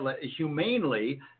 humanely